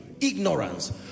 ignorance